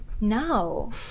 No